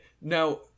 Now